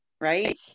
Right